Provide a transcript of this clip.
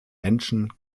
menschen